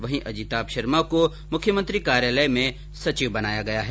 वहीं अजिताभ शर्मा को मुख्यमंत्री कार्यालय में सचिव बनाया गया है